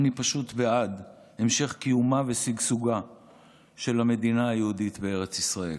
אני פשוט בעד המשך קיומה ושגשוגה של המדינה היהודית בארץ ישראל.